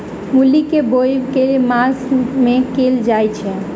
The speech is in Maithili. मूली केँ बोआई केँ मास मे कैल जाएँ छैय?